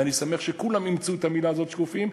ואני שמח שכולם אימצו את המילה הזאת, שקופים.